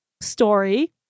story